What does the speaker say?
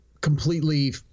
completely